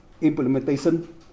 implementation